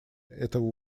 этого